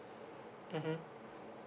mmhmm